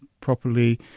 properly